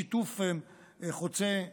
שיתוף חוצה מפלגות,